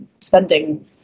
spending